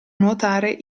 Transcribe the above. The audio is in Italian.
nuotare